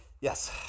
Yes